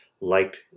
liked